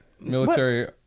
military